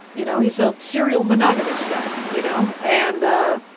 you know, he's a serial monogamous guy, you know? and ah,